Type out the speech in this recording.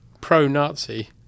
pro-Nazi